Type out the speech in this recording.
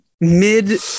mid